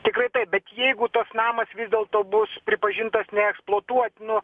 tikrai taip bet jeigu tas namas vis dėlto bus pripažintas neeksploatuotinu